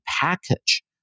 package